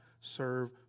serve